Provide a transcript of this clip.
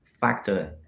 factor